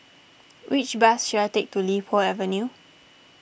which bus should I take to Li Po Avenue